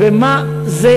מה אני מתעסק במכוני כושר?